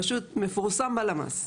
פשוט מפורסם בלמ"ס.